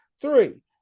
three